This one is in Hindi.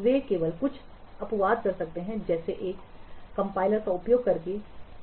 वे केवल कुछ अपवाद कर सकते हैं जैसे एक कंपाइलर का उपयोग करने